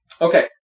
Okay